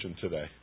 today